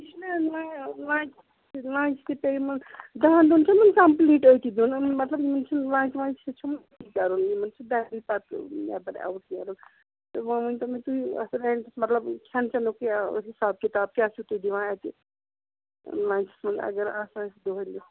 یہِ چھُنَہ lunch lunch تہِ پے یِمن دَہن دۄہن چھِ یِمن کمپٕلیٖٹ أتی بِہُن یِمَن مطلب یِمن چھُنہٕ لنٛچ ونٛچ سُہ چھُنہٕ کَرُن یِمن نٮ۪بر پتہٕ آوُٹ نیرُن تہٕ وۄنۍ ؤنۍتو مےٚ تُہۍ اَتھ رٮ۪نٛٹَس مطلب کھٮ۪ن چٮ۪نُک یہِ حِساب کِتاب کیٛاہ چھُو تُہۍ دِوان اَتہِ لنٛچَس منٛز اگر آسان چھُ دۄہلہِ